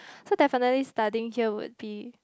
so definitely studying here would be